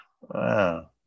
Wow